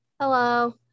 Hello